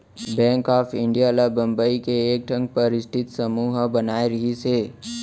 bank of India ल बंबई के एकठन परस्ठित समूह ह बनाए रिहिस हे